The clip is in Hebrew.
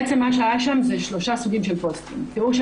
בעצם מה שהיה שם זה שלושה סוגים של פוסטים: תיאור של